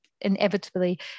inevitably